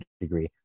degree